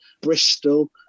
Bristol